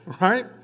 right